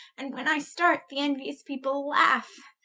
and when i start, the enuious people laugh,